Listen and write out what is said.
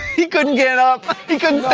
he couldn't get up. he couldn't